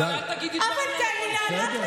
אבל אל תגידי דברים לא נכונים.